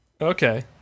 Okay